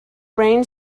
brain